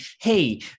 hey